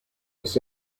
this